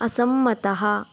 असम्मतः